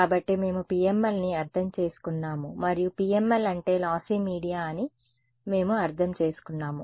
కాబట్టి మేము PMLని అర్థం చేసుకున్నాము మరియు PML అంటే లాస్సి మీడియా అని మేము అర్థం చేసుకున్నాము